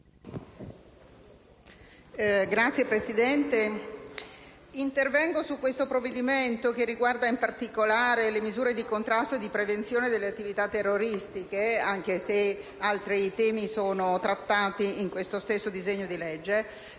Signora Presidente, intervengo su questo provvedimento riguardante misure di contrasto e prevenzione delle attività terroristiche (anche se altri temi sono trattati in questo stesso disegno di legge),